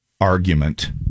argument